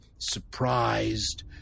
surprised